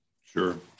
Sure